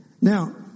Now